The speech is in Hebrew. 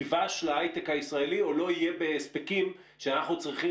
ייבש להיי-טק הישראלי או לא יהיה בהספקים שאנחנו צריכים